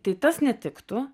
tai tas netiktų